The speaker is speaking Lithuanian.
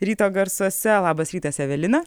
ryto garsuose labas rytas evelina